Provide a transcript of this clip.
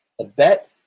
abet